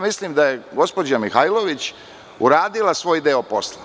Mislim da je gospođa Mihajlović uradila svoj deo posla.